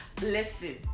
Listen